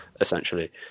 essentially